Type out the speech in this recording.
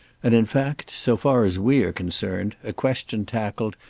and in fact, so far as we are concerned, a question tackled,